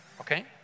Okay